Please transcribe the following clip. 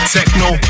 Techno